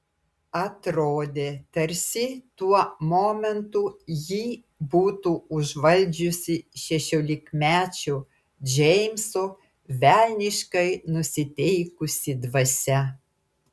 atrodė tarsi tuo momentu jį būtų užvaldžiusi šešiolikmečio džeimso velniškai nusiteikusi dvasia